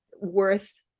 worth